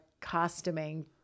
costuming